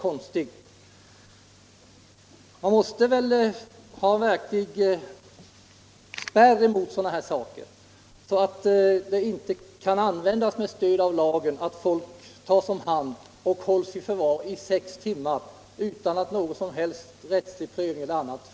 Man måste väl ha en verklig spärr emot sådana företeelscer så att det inte med stöd av lagen kan inträffa att folk tas om hand och hålls i förvar I sex timmar utan att någon som helst rättslig prövning förekommer.